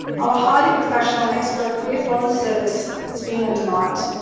our highly professional expert career foreign service is being undermined.